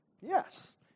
yes